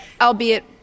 albeit